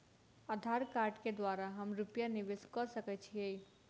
आधार कार्ड केँ द्वारा हम रूपया निवेश कऽ सकैत छीयै?